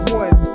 one